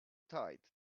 tight